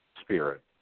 spirit